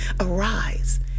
Arise